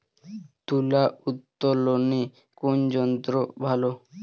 তুলা উত্তোলনে কোন যন্ত্র ভালো?